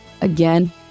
Again